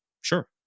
Sure